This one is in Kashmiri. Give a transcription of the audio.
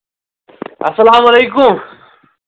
اَسَلامُ علیکُم